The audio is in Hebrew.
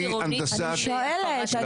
אני שואלת.